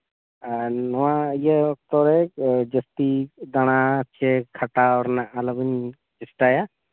ᱟᱨ ᱱᱚᱣᱟ ᱤᱭᱟᱹ ᱚᱠᱛᱚ ᱨᱮ ᱡᱟᱹᱥᱛᱤ ᱫᱟᱬᱟ ᱪᱮ ᱠᱷᱟᱴᱟᱣ ᱨᱮᱱᱟᱜ ᱟᱞᱚᱵᱤᱱ ᱪᱮᱥᱴᱟᱭᱟ